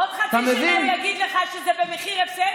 בעוד חצי שנה הוא יגיד לך שזה במחיר הפסד,